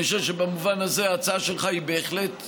אני חושב שבמובן הזה ההצעה שלך היא בהחלט משופרת,